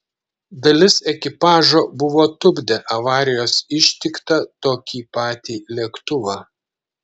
dalis ekipažo buvo tupdę avarijos ištiktą tokį patį lėktuvą